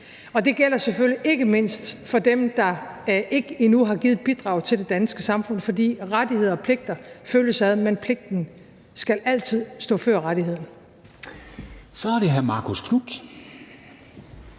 mig. Det gælder selvfølgelig ikke mindst dem, der endnu ikke har givet et bidrag til det danske samfund, for rettigheder og pligter følges ad, men pligten skal altid stå før rettigheden. Kl. 23:33 Formanden